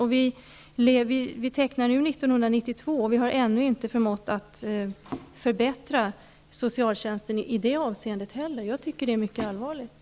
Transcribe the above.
Vi skriver nu 1992, och vi har ännu inte förmått förbättra socialtjänsten heller i det avseendet. Jag tycker att det är mycket allvarligt.